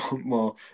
more